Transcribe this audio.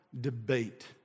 Debate